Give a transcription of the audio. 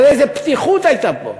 תראה איזו פתיחות הייתה פה,